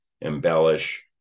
embellish